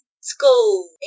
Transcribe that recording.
school